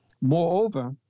Moreover